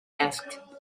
asked